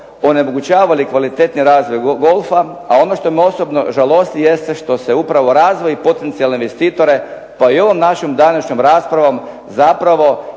onemogućavali kvalitetni razvoj golfa, a ono što me osobno žalosti jeste što se upravo razvoj potencijalne investitore pa i ovom našom današnjom raspravom zapravo